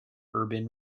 urban